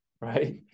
right